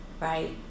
right